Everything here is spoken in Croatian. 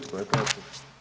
Tko je protiv?